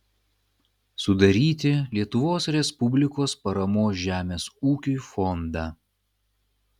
sudaryti lietuvos respublikos paramos žemės ūkiui fondą